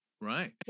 Right